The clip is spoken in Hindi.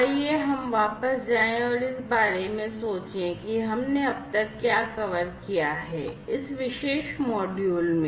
आइए हम सोचें कि हमने अब तक क्या कवर किया है इस विशेष मॉड्यूल में